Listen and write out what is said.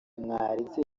mwaretse